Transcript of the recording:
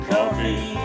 Coffee